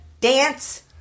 Dance